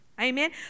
Amen